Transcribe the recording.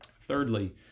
Thirdly